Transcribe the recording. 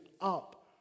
up